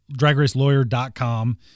DragRaceLawyer.com